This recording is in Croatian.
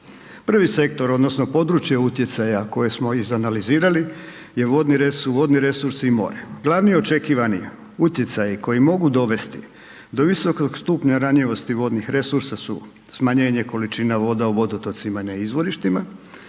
Prci sektor odnosno područje utjecaja koje smo izanalizirali je vodni, su vodni resursi i more. Glavni očekivani utjecaji koji mogu dovesti do visokog stupnja ranjivosti vodnih resursa su smanjenje količina voda u vodotocima i na izvorištima,